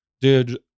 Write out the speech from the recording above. Dude